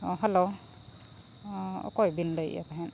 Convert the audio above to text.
ᱦᱮᱸ ᱦᱮᱞᱳ ᱚᱠᱚᱭ ᱵᱤᱱ ᱞᱟᱹᱭᱮᱫ ᱛᱟᱦᱮᱸᱫ